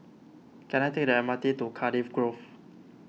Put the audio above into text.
can I take the M R T to Cardiff Grove